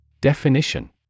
Definition